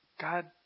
God